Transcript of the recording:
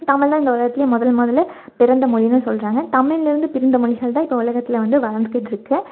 தமிழ்தான் இந்த உலகத்துல முதல் முதல்ல பிறந்த மொழின்னு சொல்றாங்க தமிழ்லருந்து பிரிந்த மொழிகள்தான் இப்போ உலகத்தில் வந்து வளர்ந்துக்கிட்ருக்கு